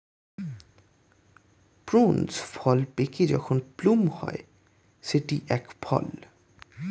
prunes ফল পেকে যখন প্লুম হয় সেটি এক ফল